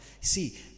See